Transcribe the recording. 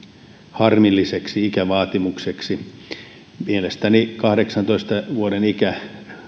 harmilliseksi ikävaatimukseksi mielestäni kahdeksantoista vuoden